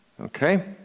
okay